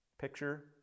Picture